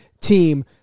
team